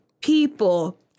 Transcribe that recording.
people